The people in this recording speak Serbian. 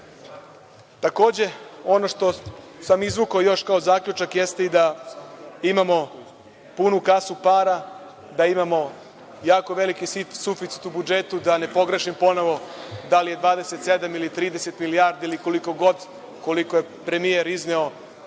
ono što sam izvukao još kao zaključak, jeste i da imamo punu kasu para, da imamo jako veliki suficit u budžetu, da ne pogrešim ponovo, da li je 27 ili 30 milijardi, ili koliko god, koliko je premijer izneo,